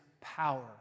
power